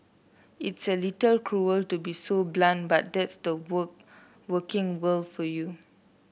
it's a little cruel to be so blunt but that's the work working world for you